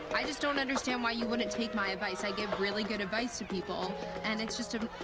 i just don't understand why you wouldn't take my advice. i give really good advice to people and it's just a,